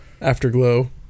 Afterglow